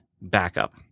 backup